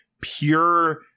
pure